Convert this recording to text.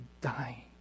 dying